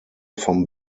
vom